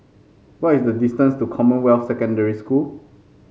what is the distance to Commonwealth Secondary School